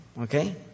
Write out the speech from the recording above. Okay